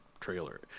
trailer